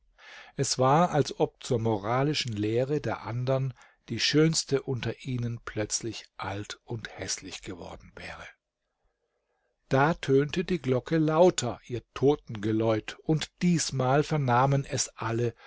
es war als ob zur moralischen lehre der andern die schönste unter ihnen plötzlich alt und häßlich geworden wäre da tönte die glocke lauter ihr totengeläut und diesmal vernahmen es alle